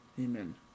amen